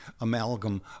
amalgam